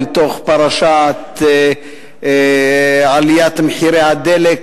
אל תוך פרשת עליית מחירי הדלק,